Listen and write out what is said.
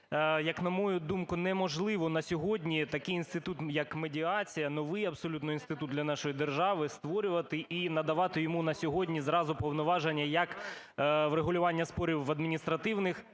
як на мою думку, неможливо на сьогодні такий інститут, як медіація, новий абсолютно інститут для нашої держави, створювати і надавати йому на сьогодні зразу повноваження як врегулювання спорів в адміністративних,